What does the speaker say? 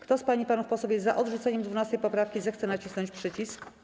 Kto z pań i panów posłów jest za odrzuceniem 12. poprawki, zechce nacisnąć przycisk.